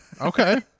Okay